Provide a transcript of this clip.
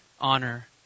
honor